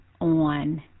on